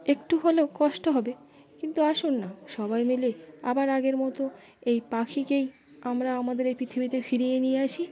একটু হলেও কষ্ট হবে কিন্তু আসুন না সবাই মিলে আবার আগের মতো এই পাখিকেই আমরা আমাদের এই পৃথিবীতে ফিরিয়ে নিয়ে আসি